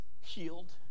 Healed